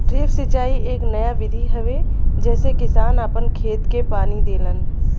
drip सिंचाई एक नया विधि हवे जेसे किसान आपन खेत के पानी देलन